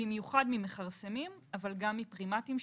במיוחד ממכרסמים אבל גם מפרימטים.